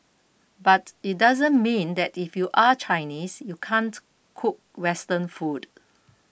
but it doesn't mean that if you are Chinese you can't cook Western food